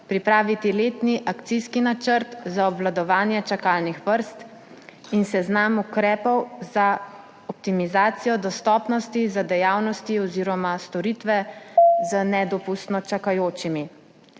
pripraviti letni akcijski načrt za obvladovanje čakalnih vrst in seznam ukrepov za optimizacijo dostopnosti za dejavnosti oziroma storitve z nedopustno čakajočimi.